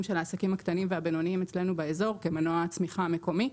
של העסקים הקטנים והבינוניים אצלנו באזור כמנוע צמיחה מקומי.